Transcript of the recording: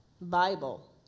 Bible